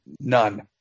none